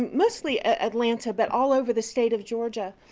mostly atlanta, but all over the state of georgia,